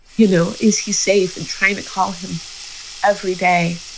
you know, is he safe and trying to call him every day?